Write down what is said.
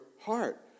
heart